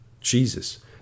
Jesus